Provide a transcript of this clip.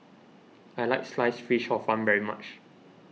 I like Sliced Fish Hor Fun very much